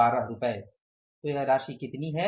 12 तो यह राशि कितनी है